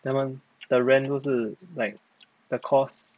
他们的 rent 不是 like the cost